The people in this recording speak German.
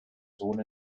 sohn